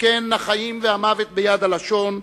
שכן החיים והמוות ביד הלשון,